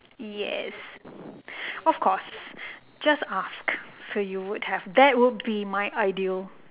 yes of course just ask so you would have that would be my ideal